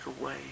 away